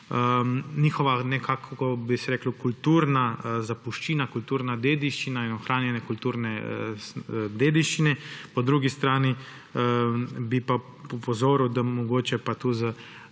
njihova, nekako bi se reklo, kulturna zapuščina, kulturna dediščina in ohranjanje kulturne dediščine. Po drugi strani bi pa opozoril, da mogoče pa je